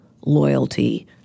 loyalty